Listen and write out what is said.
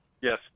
Yes